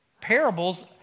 Parables